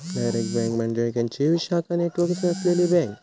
direct bank म्हणजे खंयचीव शाखा नेटवर्क नसलेली बँक